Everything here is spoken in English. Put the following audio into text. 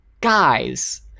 guys